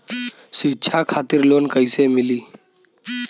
शिक्षा खातिर लोन कैसे मिली?